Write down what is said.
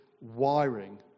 wiring